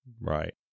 Right